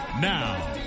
Now